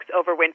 overwinter